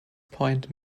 point